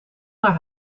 naar